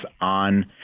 on